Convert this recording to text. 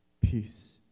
peace